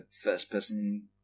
first-person